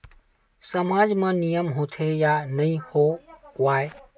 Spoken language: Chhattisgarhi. सामाज मा नियम होथे या नहीं हो वाए?